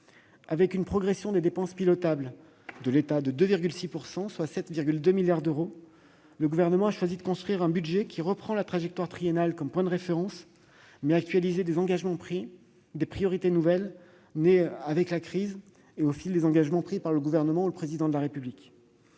Avec une progression des dépenses pilotables de l'État de 2,6 %, soit 7,2 milliards d'euros, le Gouvernement a choisi de construire un budget qui reprend la trajectoire triennale comme point de référence, actualisée des priorités nouvelles nées de la crise et des engagements pris par le Gouvernement et le Président de la République.